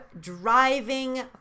driving